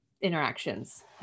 interactions